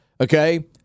Okay